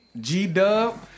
G-Dub